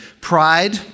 pride